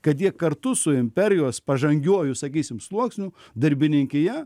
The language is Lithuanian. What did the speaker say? kad jie kartu su imperijos pažangiuoju sakysim sluoksniu darbininkija